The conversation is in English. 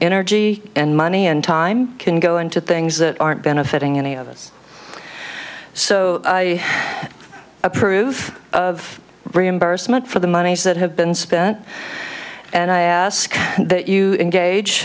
energy and money and time can go into things that aren't benefiting any of us so i approve of reimbursement for the monies that have been spent and i ask that you engage